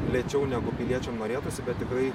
lėčiau negu piliečiam norėtųsi bet tikrai